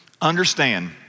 understand